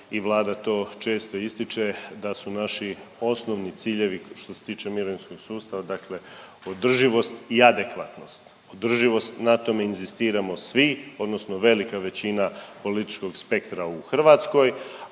i Vlada to često ističe, da su naši osnovni ciljevi što se tiče mirovinskog sustava dakle održivost i adekvatnost. Održivost, na tome inzistiramo svi odnosno velika većina političkog spektra u Hrvatskoj,